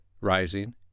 rising